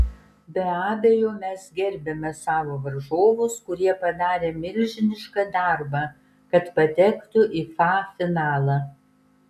be abejo mes gerbiame savo varžovus kurie padarė milžinišką darbą kad patektų į fa finalą